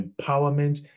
empowerment